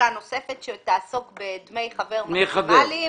פסקה נוספת שתעסוק בדמי חבר מקסימליים